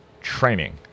Training